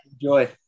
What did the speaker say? enjoy